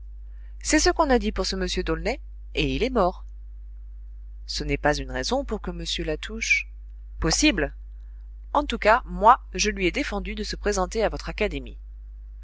c'est ce qu'on a dit pour ce m d'aulnay et il est mort ce n'est pas une raison pour que m latouche possible en tout cas moi je lui ai défendu de se présenter à votre académie